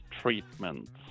treatments